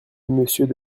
monsieur